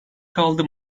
kaldı